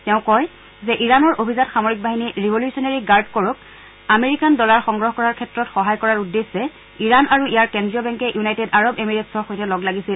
তেওঁ কয় যে ইৰাণৰ অভিজাত সামৰিক বাহিনী ৰিভ লিউচনেৰী গাৰ্ড কৰক আমেৰিকান ডলাৰ সংগ্ৰহ কৰাৰ ক্ষেত্ৰত সহায় কৰাৰ উদ্দেশ্যে ইৰাণ আৰু ইয়াৰ কেন্দ্ৰীয় বেংকে ইউনাইটেড আৰৱ এমিৰেট্ছৰ সৈতে লগ লাগিছিল